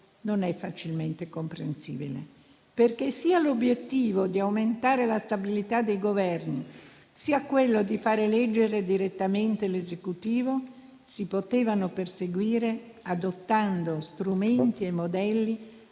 non è facilmente comprensibile, perché sia l'obiettivo di aumentare la stabilità dei Governi, sia quello di far eleggere direttamente l'Esecutivo si potevano perseguire adottando strumenti e modelli ampiamente sperimentati nelle